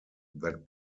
that